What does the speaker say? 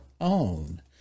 own